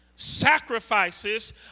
Sacrifices